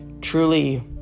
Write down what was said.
truly